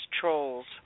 trolls